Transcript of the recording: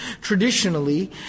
traditionally